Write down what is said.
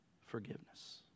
forgiveness